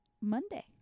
Monday